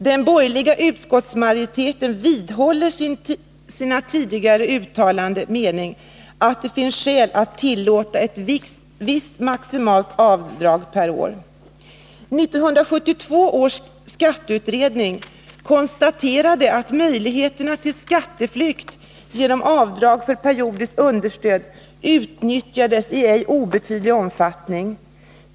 Den borgerliga utskottsmajoriteten vidhåller sin tidigare uttalade mening att det finns skäl att tillåta ett visst maximalt avdrag per år. 1972 års skatteutredning konstaterade att möjligheterna till skatteflykt genom avdrag för periodiskt understöd utnyttjades i ej obetydlig omfattning.